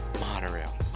monorail